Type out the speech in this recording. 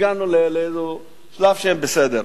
הגענו לשלב שהם בסדר.